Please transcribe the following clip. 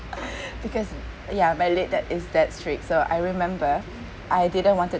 because ya my late dad is that strict so I remember I didn't wanted